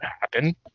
happen